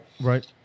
right